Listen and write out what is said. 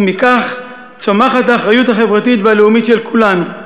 ומכך צומחת האחריות החברתית והלאומית של כולנו.